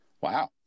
Wow